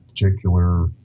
particular